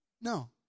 No